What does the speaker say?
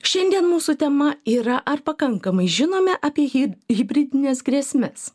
šiandien mūsų tema yra ar pakankamai žinome apie hi hibridines grėsmes